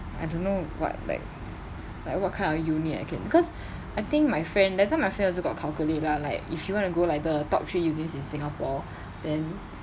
I don't know what like what kind of uni I can cause I think my friend that time my friend also got calculate lah like if you want to go like the top three uni's in singapore then